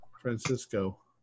Francisco